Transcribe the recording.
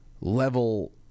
level